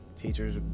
teachers